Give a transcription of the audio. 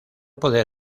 poder